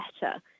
better